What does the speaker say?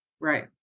Right